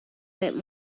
that